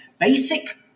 basic